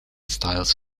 styles